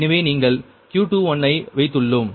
எனவே நீங்கள் Q21 ஐ வைத்துள்ளோம்